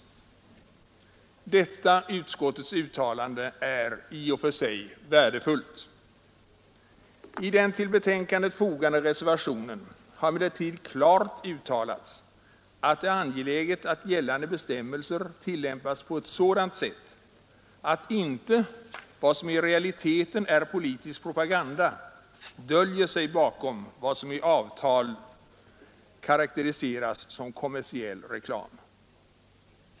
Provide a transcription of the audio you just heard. Detta utskottets uttalande är i och för sig värdefullt. I den till betänkandet fogade reservationen har emellertid klart uttalats, att det är angeläget att gällande bestämmelser tillämpas på ett sådant sätt att inte vad som i realiteten är politisk propaganda döljer sig bakom vad som i avtalet karakteriseras som kommersiell reklam.